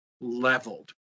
leveled